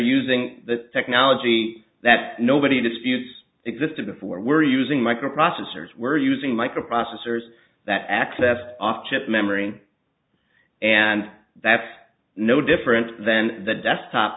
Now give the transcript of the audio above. using the technology that nobody disputes existed before we're using microprocessors we're using microprocessors that access off chip memory and that's no different than the desktop